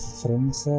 friends